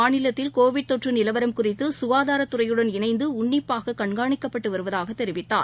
மாநிலத்தில் கோவிட் தொற்று நிலவரம் குறித்து சுகாதாரத் துறையுடன் இனைந்து உன்னிப்பாக கண்காணிக்கப்பட்டு வருவதாக தெரிவித்தார்